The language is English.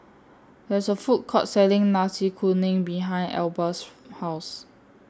There IS A Food Court Selling Nasi Kuning behind Elba's House